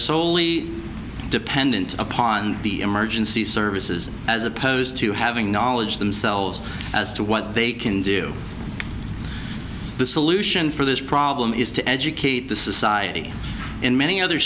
soley dependent upon the emergency services as opposed to having knowledge themselves as to what they can you the solution for this problem is to educate the society in many other